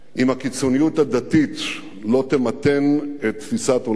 אם הקיצוניות הדתית לא תמתן את תפיסת עולמה,